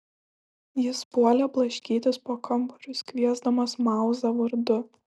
jis puolė blaškytis po kambarius kviesdamas mauzą vardu